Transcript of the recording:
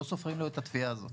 לא סופרים לו את התביעה הזאת.